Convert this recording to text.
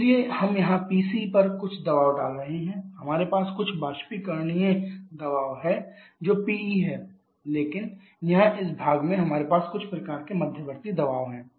इसलिए हम यहाँ पीसी पर कुछ दबाव डाल रहे हैं हमारे पास कुछ बाष्पीकरणीय दबाव है जो पीई हैं लेकिन यहाँ इस भाग में हमारे पास कुछ प्रकार के मध्यवर्ती दबाव हैं